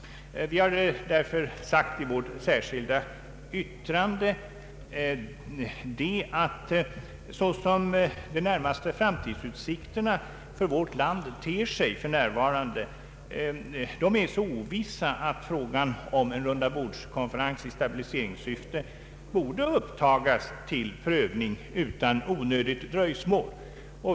Vi har därför i vårt särskilda yttrande framhållit att de närmaste framtidsutsikterna ter sig så ovissa att frågan om en rundabordskonferens i stabiliseringssyfte borde upptas till prövning utan onödigt dröjsmål.